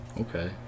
okay